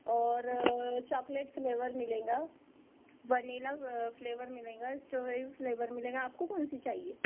और chocolate flavour मिलेगा vanilla flavour मिलेगा स्ट्रॉबेरी मिलेगा आपको कौनसी चाहिए